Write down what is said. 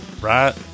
Right